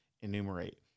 enumerate